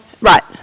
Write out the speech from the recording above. Right